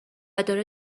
داره